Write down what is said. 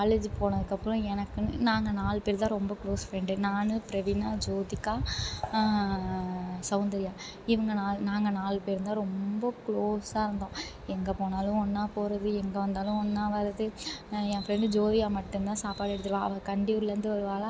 college போனதுக்கப்புறம் எனக்குன்னு நாங்கள் நாலு பேர் தான் ரொம்ப க்ளோஸ் ஃப்ரெண்டு நான் பிரவீனா ஜோதிகா சௌந்தர்யா இவங்க நா நாங்கள் நாலு பேருந்தான் ரொம்ப குளோஸா இருந்தோம் எங்கே போனாலும் ஒன்னாக போகிறது எங்கே வந்தாலும் ஒன்னாக வர்றது என் ஃப்ரெண்டு ஜோதிகா மட்டுந்தான் சாப்பாடு எடுத்துட்டு வருவாள் அவள் கண்டியூர்லேருந்து வருவாளா